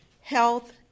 health